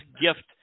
gift